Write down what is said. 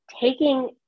taking